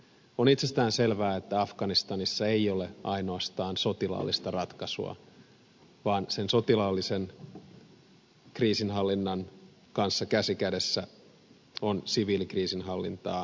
on itsestäänselvää että afganistanissa ei ole ainoastaan sotilaallista ratkaisua vaan sen sotilaallisen kriisinhallinnan kanssa käsi kädessä on siviilikriisinhallintaa ja kehitysyhteistyötä